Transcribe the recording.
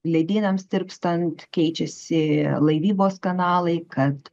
ledynams tirpstant keičiasi laivybos kanalai kad